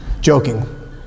joking